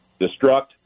destruct